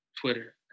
Twitter